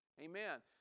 Amen